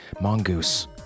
Mongoose